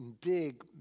big